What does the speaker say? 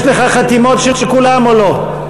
יש לך חתימות של כולם או לא?